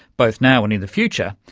both now and in the future,